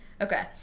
Okay